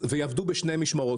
ויעבדו בשתי משמרות,